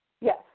Yes